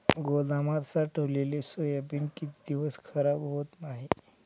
गोदामात साठवलेले सोयाबीन किती दिवस खराब होत नाही?